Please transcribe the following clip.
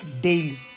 daily